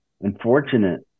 unfortunate